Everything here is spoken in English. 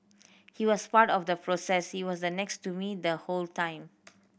he was part of the process he was the next to me the whole time